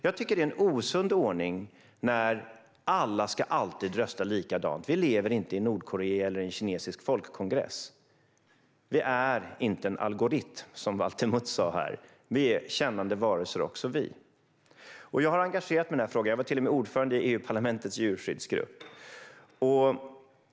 Jag tycker att det är en osund ordning när alla alltid ska rösta likadant. Vi lever inte i Nordkorea eller är i en kinesisk folkkongress. Vi är inte en algoritm, som Valter Mutt sa här. Vi är också vi kännande varelser. Jag har engagerat mig i den här frågan. Jag var till och med ordförande i EU-parlamentets djurskyddsgrupp.